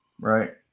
Right